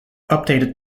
updated